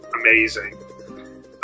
amazing